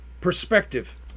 perspective